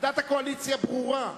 עמדת הקואליציה ברורה.